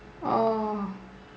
oh